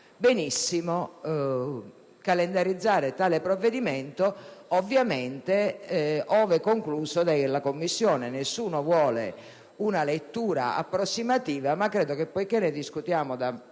benissimo calendarizzare tale provvedimento, ovviamente ove concluso in Commissione (nessuno vuole una lettura approssimativa). Poiché ne discutiamo da